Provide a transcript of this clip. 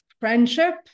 friendship